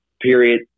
period